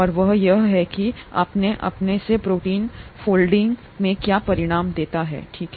और वह यह है कि अपने आप से प्रोटीन फोल्डिंग में क्या परिणाम होता है ठीक